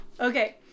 Okay